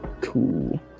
Cool